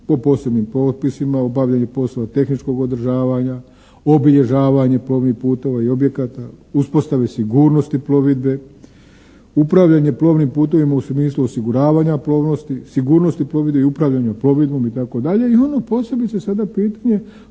po posebnim propisima, obavljanje poslova tehničkog održavanja, obilježavanje plovnih putova i objekata, uspostave sigurnosti plovidbe, upravljanje plovnim putovima u smislu osiguravanja plovnosti, sigurnosti plovidbe i upravljanja plovidbom itd. i ono posebice sada pitanje